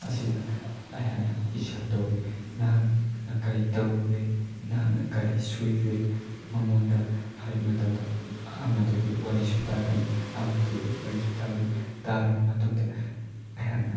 ꯑꯁꯤꯗ ꯑꯩꯍꯥꯛꯅ ꯕꯤꯆꯥꯔ ꯇꯧꯕꯤ ꯅꯍꯥꯛꯅ ꯀꯔꯤ ꯇꯧꯔꯨꯔꯦ ꯅꯍꯥꯛꯅ ꯀꯔꯤ ꯁꯣꯏꯈꯔꯦ ꯃꯉꯣꯟꯗ ꯍꯥꯏꯕ ꯃꯇꯝꯗ ꯑꯃꯗꯨꯒꯤ ꯋꯥꯔꯤꯁꯨ ꯇꯥꯒꯅꯤ ꯑꯃꯗꯨꯒꯤ ꯋꯥꯔꯤꯁꯨ ꯇꯥꯒꯅꯤ ꯇꯥꯔꯕ ꯃꯇꯨꯡꯗ ꯑꯩꯍꯥꯛꯅ